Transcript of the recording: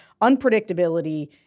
unpredictability